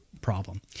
problem